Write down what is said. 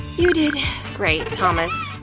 you did great, thomas.